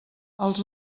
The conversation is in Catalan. els